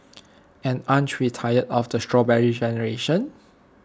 and aren't we tired of the Strawberry Generation